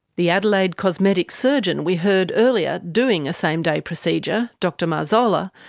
the adelaide cosmetic surgeon we heard earlier doing a same-day procedure, dr marzola,